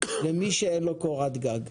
עבור מי שאין לו קורת גג.